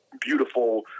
beautiful